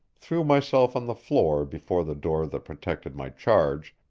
threw myself on the floor before the door that protected my charge,